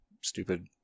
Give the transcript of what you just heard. stupid